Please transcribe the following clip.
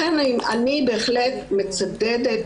לכן אני בהחלט מצדדת